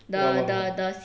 ya ya ya